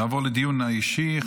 נעבור לדיון האישי.